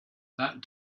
that